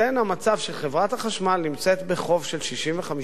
החשמל נמצאת בחוב של 65 מיליארד שקלים לנושים,